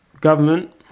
government